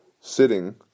sitting